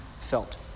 felt